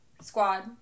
squad